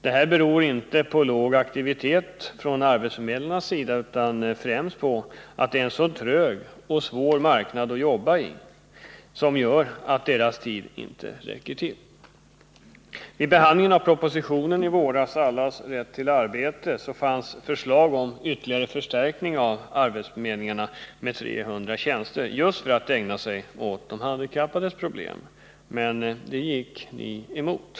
Detta beror inte på låg aktivitet från arbetsförmedlarnas sida utan främst på att det är en trög och svår marknad att jobba med. Det är detta som gör att arbetsförmedlarnas tid inte räcker till. I samband med pades situation på arbetsmarknaden riksdagsbehandlingen av propositionen om allas rätt till arbete i våras fanns det förslag om ytterligare förstärkning av arbetsförmedlingarna med 300 tjänster just för att dessa befattningshavare skulle ägna sig åt de handikappades problem, men det förslaget gick ni emot.